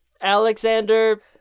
Alexander